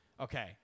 Okay